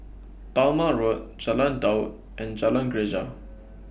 Talma Road Jalan Daud and Jalan Greja